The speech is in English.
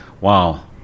wow